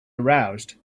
aroused